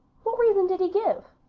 what reason did he give?